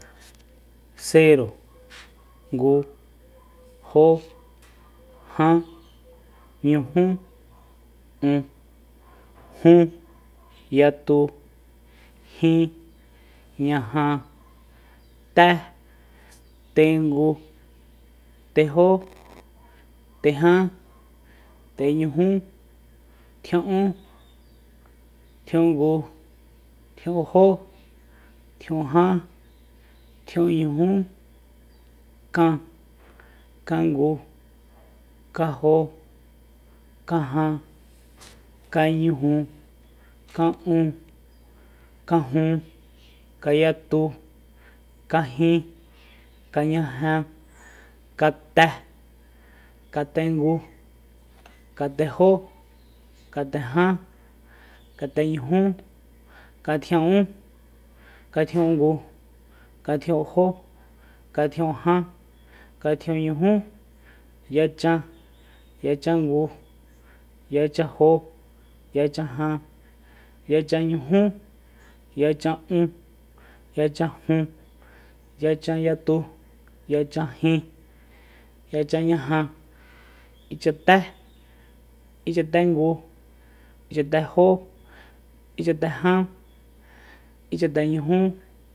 Ngu jo jan ñujú ún jun yatu jin ñaja te tengu tejó tejan teñujú tjia'ún tjia'ungu tjia'unjó tjia'unjan tjia'unñujún kan kangu kanjo kajan kañuju ka'un kajun kayatu kajin kañaja kate katengu katejó katejan kateñuj´katjia'ún katjia'ungu katjia'unjó katjia'unjan katjia'únñujú yachan yachangu uachajan yachañujú yachan'ún yachajun yachanyatu yachajin yachanñaja ichaté ichate'ngu ichatejó ichatejan ichateñujú